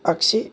आग्सि